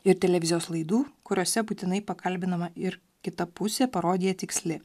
ir televizijos laidų kuriose būtinai pakalbinama ir kita pusė parodija tiksli